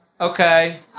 Okay